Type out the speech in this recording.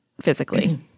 physically